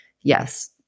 yes